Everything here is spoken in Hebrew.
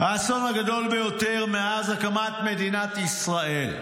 האסון הגדול ביותר מאז הקמת מדינת ישראל.